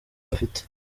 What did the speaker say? bafite